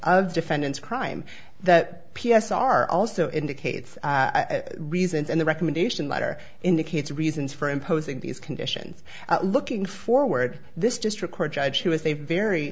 of the defendant's crime the p s r also indicates reasons and the recommendation letter indicates reasons for imposing these conditions looking forward this district court judge who is a very